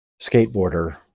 skateboarder